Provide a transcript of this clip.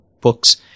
books